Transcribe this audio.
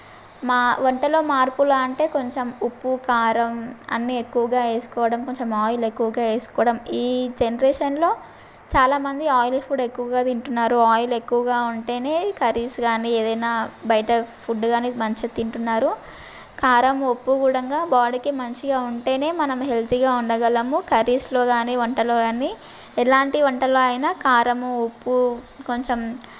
మా వంటలో మార్పులు అంటే కొంచెం ఉప్పు కారం అన్నీ ఎక్కువగా వేసుకోవడం కొంచెం ఆయిల్ ఎక్కువగా వేసుకోవడం ఈ జనరేషన్లో చాలా మంది ఆయిల్ ఫుడ్ ఎక్కువగా తింటున్నారు ఆయిల్ ఎక్కువగా ఉంటేనే కర్రీస్ కానీ ఏదైనా బయట ఫుడ్ కానీ మంచిగా తింటున్నారు కారం ఉప్పు కూడంగా బాడీకి మంచిగా ఉంటేనే మనం హెల్తీగా ఉండగలము కర్రీస్లో కానీ వంటలో కానీ ఎలాంటి వంటలు అయినా కారము ఉప్పు కొంచెం